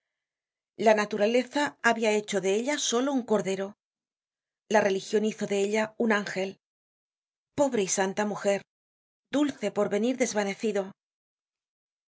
la naturaleza habia hecho de ella solo un cordero la religion hizo de ella un ángel pobre y santa mujer dulce porvenir desvanecido